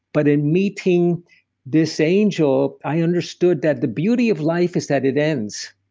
but in meeting this angel, i understood that the beauty of life is that it ends.